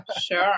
Sure